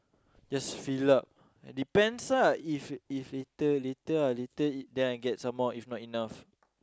just fill up and depends lah if if later later later ah then I get some more if not enough